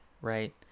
right